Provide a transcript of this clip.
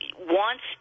wants